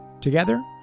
Together